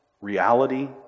reality